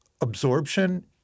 absorption